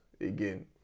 again